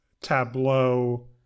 tableau